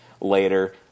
later